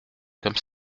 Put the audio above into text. comme